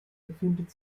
befindet